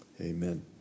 amen